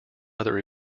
other